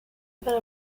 para